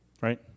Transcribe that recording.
Right